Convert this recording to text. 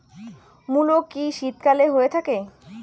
মূলো কি শীতকালে হয়ে থাকে?